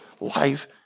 life